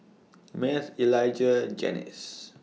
Math Elijah Janis